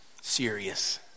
serious